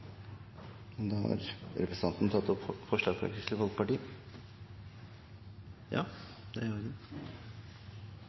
Senterpartiet. Da har representanten Hadia Tajik tatt opp forslagene fra